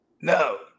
No